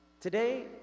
Today